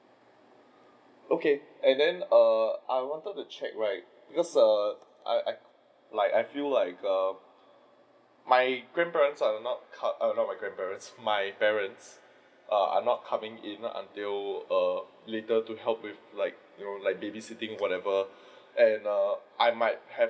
okay and then err I wanted to check right becos' err I I like I feel like err my grandparents are not com~ err not my grandparents my parents are are not coming in until err later to help with like you know like babysitting or whatever and err I might have